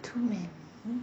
too many